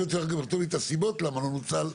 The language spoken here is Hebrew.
אני רוצה גם את הסיבות למה לא נוצל,